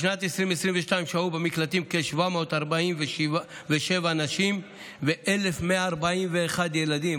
בשנת 2022 שהו במקלטים כ-747 נשים ו-1,141 ילדים.